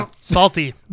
salty